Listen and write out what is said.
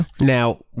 Now